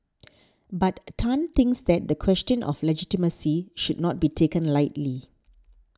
but Tan thinks that the question of legitimacy should not be taken lightly